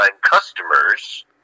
customers